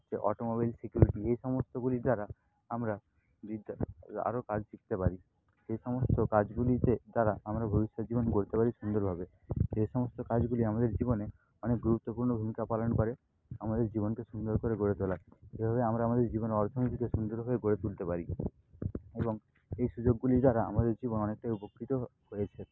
হচ্ছে automobile security এ সমস্তগুলি ছাড়া আমরা বিদ্যা লা আরও কাজ শিখতে পারি সে সমস্ত কাজগুলিতে তারা আমরা ভবিষ্যৎ জীবন গড়তে পারি সুন্দরভাবে সে সমস্ত কাজগুলি আমাদের জীবনে অনেক গুরুত্বপূর্ণ ভূমিকা পালন করে আমাদের জীবনকে সুন্দর করে গড়ে তোলার এভাবে আমরা আমাদের জীবন অর্থনীতিতে সুন্দরভাবে গড়ে তুলতে পারি এবং এই সুযোগগুলি দ্বারা আমাদের জীবন অনেকটাই উপকৃত হয়েছে